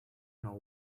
know